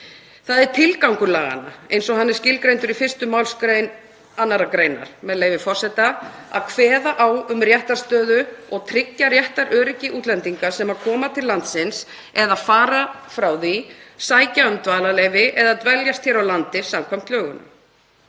Það er tilgangur laganna, eins og hann er skilgreindur í 1. mgr. 2. gr., með leyfi forseta: „… að kveða á um réttarstöðu og tryggja réttaröryggi útlendinga sem koma til landsins eða fara frá því, sækja um dvalarleyfi eða dveljast hér á landi samkvæmt lögunum.“